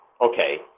okay